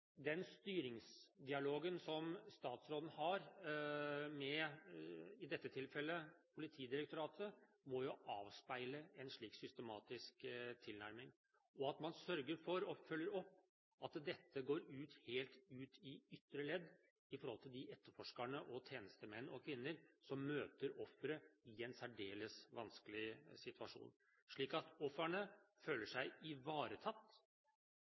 Den styringsdialogen som statsråden har med, i dette tilfellet, Politidirektoratet, må avspeile en slik systematisk tilnærming – at man sørger for å følge opp at dette går helt ut til de ytre ledd, til de etterforskerne og tjenestemenn og -kvinner som møter ofre i en særdeles vanskelig situasjon, slik at ofrene føler seg ivaretatt,